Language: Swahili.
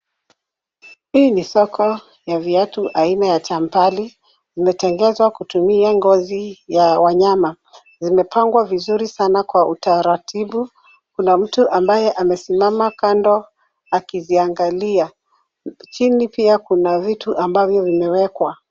Hii ni soko ya viatu aina ya tampali. Vimetengezwa kutumia ngozi ya wanyama. Zimepangwa vizuri sana kwa utaratibu. Kuna mtu ambaye amesimama kando akiziangalia. Chini pia kuna vitu ambavyo vimewekwa.